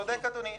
צודק, אדוני.